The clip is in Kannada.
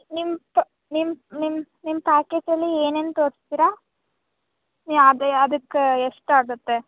ನಿಮ್ಮ ಪ ನಿಮ್ಮ ನಿಮ್ಮ ನಿಮ್ಮ ಪ್ಯಾಕೇಜಲ್ಲಿ ಏನೇನು ತೋರ್ಸ್ತೀರ ಯಾವುದು ಅದಕ್ಕೆ ಎಷ್ಟು ಆಗುತ್ತೆ